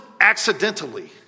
accidentally